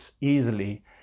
easily